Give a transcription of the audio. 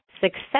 success